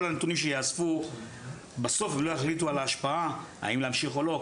כל הנתונים שייאספו לא יחליטו על ההשפעה אם להמשיך או לא,